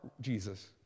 Jesus